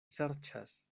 serĉas